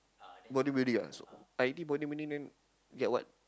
bodybuilding ah so I did bodybuilding then ya what